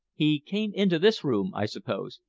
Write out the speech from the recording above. he came into this room, i suppose?